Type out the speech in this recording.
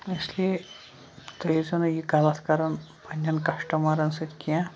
اس لیے تُہۍ ٲسۍ زیو نہٕ یہِ غلط کران پَنٕنین کَسٹمرَن سۭتۍ کیٚنہہ